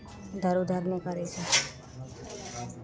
इधर उधर नहि करै छै